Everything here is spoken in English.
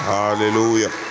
hallelujah